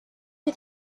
you